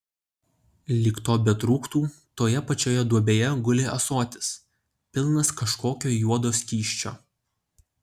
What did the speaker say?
lyg to betrūktų toje pačioje duobėje guli ąsotis pilnas kažkokio juodo skysčio